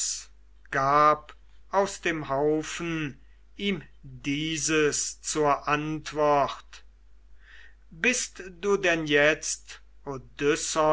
gab aus dem haufen ihm dieses zur antwort bist du denn jetzt